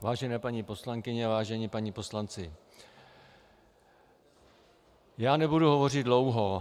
Vážené paní poslankyně, vážení páni poslanci, nebudu hovořit dlouho.